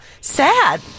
sad